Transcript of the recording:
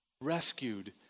rescued